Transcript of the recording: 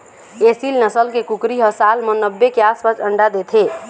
एसील नसल के कुकरी ह साल म नब्बे के आसपास अंडा देथे